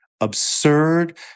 absurd